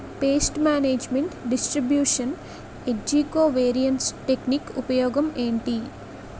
paste management distribution ఏజ్జి covariance technique ఉపయోగం ఏంటి